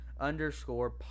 underscore